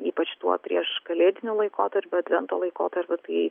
ypač šituo prieškalėdiniu laikotarpiu advento laikotarpiu tai